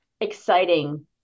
exciting